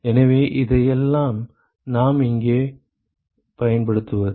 எனவே இதையெல்லாம் நாம் எங்கே பயன்படுத்துவது